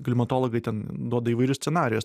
klimatologai ten duoda įvairius scenarijus